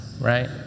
right